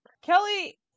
Kelly